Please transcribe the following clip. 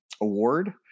award